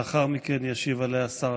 לאחר מכן ישיב עליה שר